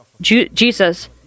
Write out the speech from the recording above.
Jesus